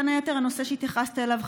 בין היתר הנושא שהתייחסת אליו,